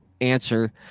answer